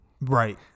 Right